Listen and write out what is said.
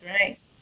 right